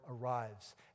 arrives